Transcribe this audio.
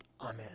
Amen